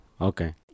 Okay